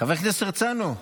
חבר הכנסת הרצנו,